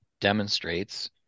demonstrates